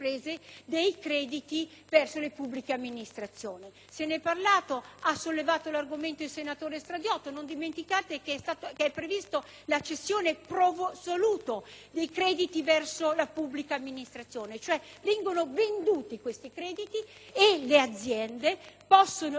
Se ne è parlato, ha sollevato l'argomento il senatore Stradiotto. Non dimenticate che è prevista la cessione *pro soluto* dei crediti verso la pubblica amministrazione, cioè i crediti potranno essere venduti e le aziende potranno immediatamente avere a disposizione